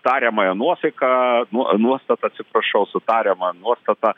tariamąja nuosaika nuo nuostata atsiprašau su tariamąja nuostata